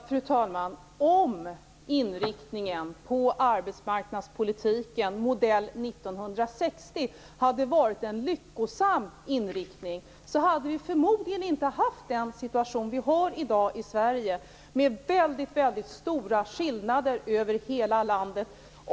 Fru talman! Om inriktningen på arbetsmarknadspolitiken modell 1960 hade varit en lyckosam inriktning hade vi förmodligen inte haft den situation vi har i dag i Sverige med väldigt stora skillnader över hela landet.